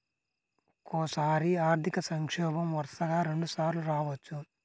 ఒక్కోసారి ఆర్థిక సంక్షోభం వరుసగా రెండుసార్లు రావచ్చు